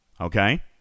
okay